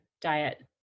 diet